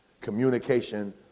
communication